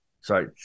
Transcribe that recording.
Sorry